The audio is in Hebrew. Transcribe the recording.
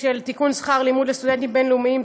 לתיקון שכר לימוד לסטודנטים בין-לאומיים,